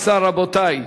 17, רבותי,